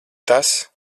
tas